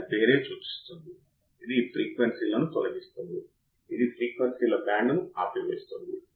op amp వద్ద output కొన్ని మిల్లివోల్ట్లుగా ఉంటుంది కానీ సున్నా కాదు సున్నా కాదు